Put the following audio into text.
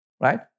Right